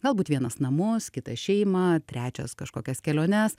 galbūt vienas namus kitas šeimą trečias kažkokias keliones